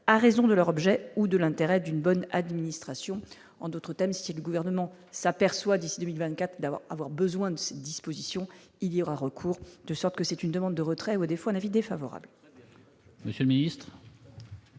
à raison de leur objet ou de l'intérêt d'une bonne administration en d'autres thèmes, si le gouvernement s'aperçoit d'ici 2024 d'avoir besoin de cette disposition, il y aura recours, de sorte que c'est une demande de retrait ou à défaut un avis défavorable.